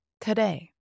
today